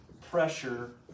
pressure